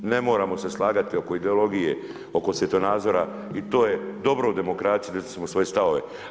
Ne moramo se slagati oko ideologije, oko svjetonazora i to je dobro u demokraciji izreći svoje stavove.